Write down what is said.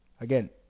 again